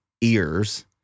ears